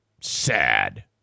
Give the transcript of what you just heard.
sad